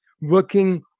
working